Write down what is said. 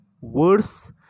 words